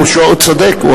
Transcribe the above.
הוא צודק,